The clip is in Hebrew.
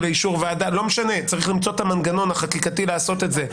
לאישור ועדה צריך למצוא את המנגנון החקיקתי לעשות את זה,